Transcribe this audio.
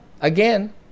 again